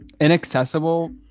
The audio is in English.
inaccessible